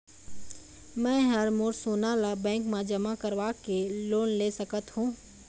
मैं हर मोर सोना ला बैंक म जमा करवाके लोन ले सकत हो?